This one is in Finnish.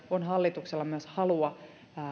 on hallituksella myös halua